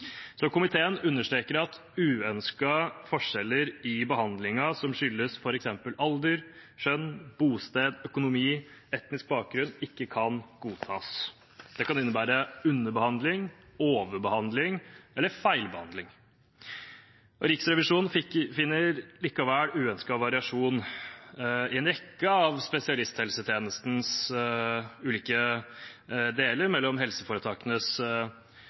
Så komiteen understreker at uønskede forskjeller i behandlingen som skyldes f.eks. alder, kjønn, bosted, økonomi eller etnisk bakgrunn, ikke kan godtas. Det kan innebære underbehandling, overbehandling eller feilbehandling. Riksrevisjonen finner likevel uønsket variasjon i en rekke av spesialisthelsetjenestens ulike deler mellom helseforetakenes